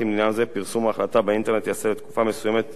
פרסום ההחלטה באינטרנט ייעשה לתקופה מסוימת ובאופן שימנע,